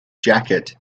jacket